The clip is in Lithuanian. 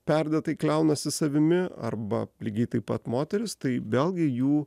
perdėtai kliaunasi savimi arba lygiai taip pat moterys tai vėlgi jų